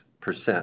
percent